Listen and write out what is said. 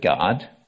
God